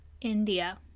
India